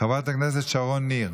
חברת הכנסת שרון ניר,